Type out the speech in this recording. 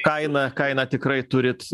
kaina kaina tikrai turit